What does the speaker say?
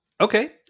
Okay